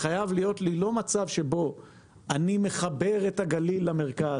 שלא יהיה מצב שאני מחבר את הגליל למרכז